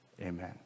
Amen